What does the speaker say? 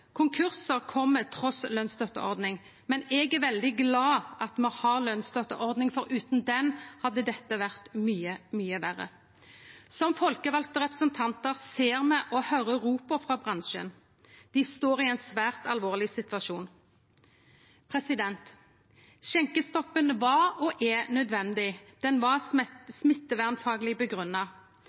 men eg er veldig glad for at vi har ei lønsstøtteordning, for utan den hadde dette vore mykje, mykje verre. Som folkevalde representantar ser og høyrer me ropa frå bransjen. Dei står i ein svært alvorleg situasjon. Skjenkestoppen var – og er – nødvendig. Den var smittevernfagleg